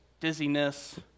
dizziness